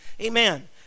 Amen